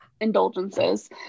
indulgences